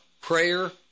Prayer